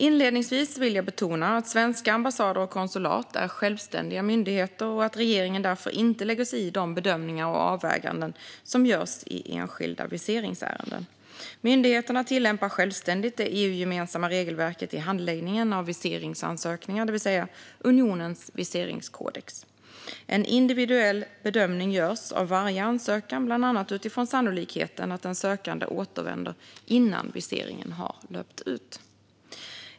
Inledningsvis vill jag betona att svenska ambassader och konsulat är självständiga myndigheter och att regeringen därför inte lägger sig i de bedömningar och avväganden som görs i enskilda viseringsärenden. Myndigheterna tillämpar självständigt det EU-gemensamma regelverket i handläggningen av viseringsansökningar, det vill säga unionens viseringskodex. En individuell bedömning görs av varje ansökan, bland annat utifrån sannolikheten att den sökande återvänder innan viseringen har löpt ut.